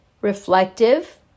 reflective